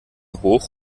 hoch